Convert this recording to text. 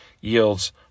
yields